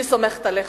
אני סומכת עליך.